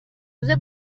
روزه